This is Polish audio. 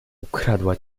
ukradła